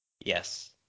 Yes